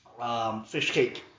fishcake